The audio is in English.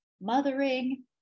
Mothering